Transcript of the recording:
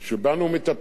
שבנו הוא מטפל,